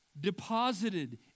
deposited